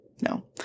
no